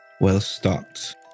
well-stocked